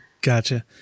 Gotcha